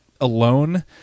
alone